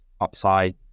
upside